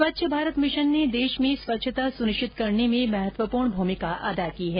स्वच्छ भारत मिशन ने देश में स्वच्छता सुनिश्चित करने में महत्वपूर्ण भूमिका अदा की है